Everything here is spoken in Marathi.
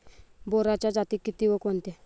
बोराच्या जाती किती व कोणत्या?